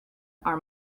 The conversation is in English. our